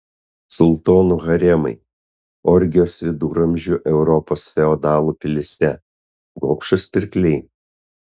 sultonų haremai orgijos viduramžių europos feodalų pilyse gobšūs pirkliai